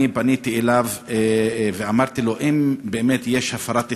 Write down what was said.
אני פניתי אליו ואמרתי לו: אם באמת יש הפרת תנאים,